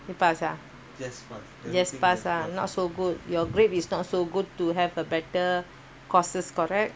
you pass ah just pass ah not so good your grade is not so good to have a better courses correct